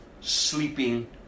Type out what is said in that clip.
sleeping